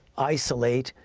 isolate,